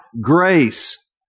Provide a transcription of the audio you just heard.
grace